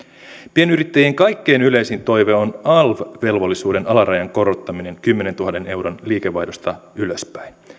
pienyrittäjien kaikkein yleisin toive on alv velvollisuuden alarajan korottaminen kymmenentuhannen euron liikevaihdosta ylöspäin